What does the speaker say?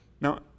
Now